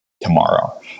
tomorrow